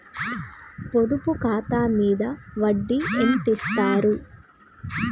పొదుపు ఖాతా మీద వడ్డీ ఎంతిస్తరు?